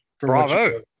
Bravo